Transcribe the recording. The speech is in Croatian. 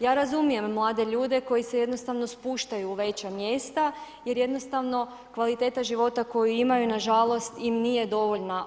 Ja razumijem mlade ljude koji se jednostavno spuštaju u veća mjesta jer jednostavno kvaliteta života koju imaju nažalost im nije dovoljna.